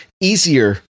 easier